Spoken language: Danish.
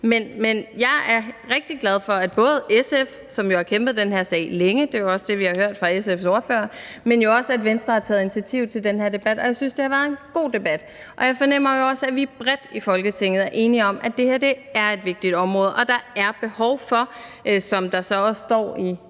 Men jeg er rigtig glad for, at både SF, som jo har kæmpet for den her sag længe – det er jo også det, vi har hørt fra SF's ordfører – men også Venstre har taget initiativ til den her debat, og jeg synes, det har været en god debat. Jeg fornemmer jo også, at vi bredt i Folketinget er enige om, at det her er et vigtigt område, og at der, som der så også står i